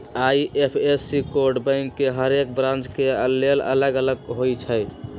IFSC code bank के हरेक branch के लेल अलग अलग होई छै